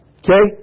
okay